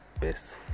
best